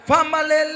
Family